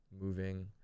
moving